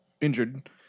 injured